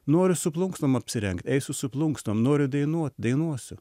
noriu su plunksnom apsirengt eisiu su plunksnom noriu dainuot dainuosiu